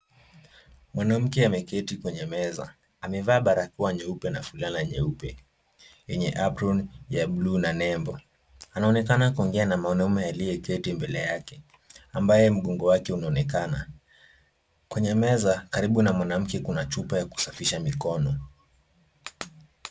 Mwanamke ameketi kwenye meza, amevaa barakoa nyeupe na fulana nyeupe, yenye apron ya bluu na nembo. Anaonekana kuongea na mwanaume aliyeketi mbele yake, ambaye mgongo wake unaonekana kwenye meza karibu na mwanamke kuna chupa ya kusafisha mikono.